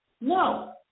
No